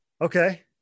Okay